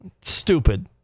Stupid